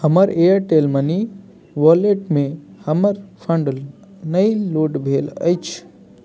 हमर Airtel money वॉलेटमे हमर फण्ड नहि लोड भेल अछि